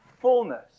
fullness